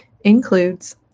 includes